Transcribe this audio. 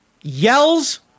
Yells